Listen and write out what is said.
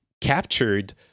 captured